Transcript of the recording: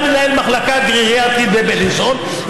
סגן מנהל מחלקה גריאטרית בבילינסון,